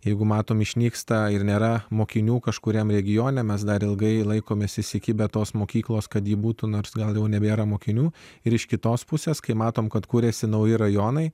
jeigu matome išnyksta ir nėra mokinių kažkuriam regione mes dar ilgai laikomės įsikibę tos mokyklos kad ji būtų nors gal jau nebėra mokinių ir iš kitos pusės kai matome kad kūrėsi nauji rajonai